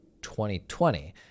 2020